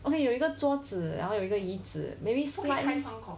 okay 有一个桌子然后有一个椅子